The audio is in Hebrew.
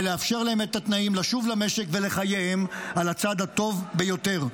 ולאפשר להם את התנאים לשוב למשק ולחייהם על הצד הטוב ביותר.